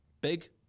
Big